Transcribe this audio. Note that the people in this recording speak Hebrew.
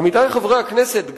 עמיתי חברי הכנסת,